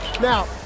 Now